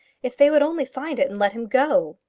if they would only find it and let him go!